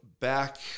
back